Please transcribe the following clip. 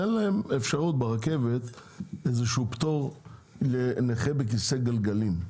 תן להם אפשרות ברכבת איזה שהוא פטור לנכה בכיסא גלגלים,